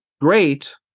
great